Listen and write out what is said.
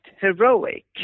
heroic